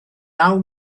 naw